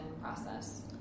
process